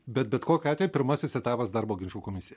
bet bet kokiu atveju pirmasis etapas darbo ginčų komisija